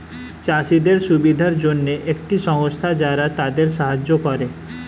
চাষীদের সুবিধার জন্যে একটি সংস্থা যারা তাদের সাহায্য করে